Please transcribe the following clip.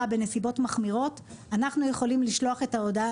בנסיבות מחמירות אנחנו יכולים לשלוח את ההודעה.